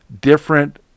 different